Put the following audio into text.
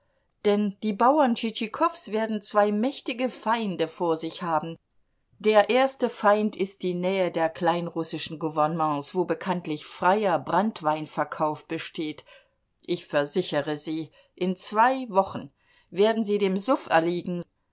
denn die bauern tschitschikows werden zwei mächtige feinde vor sich haben der erste feind ist die nähe der kleinrussischen gouvernements wo bekanntlich freier branntweinverkauf besteht ich versichere sie in zwei wochen werden sie dem suff erliegen